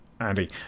Andy